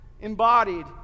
embodied